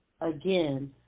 again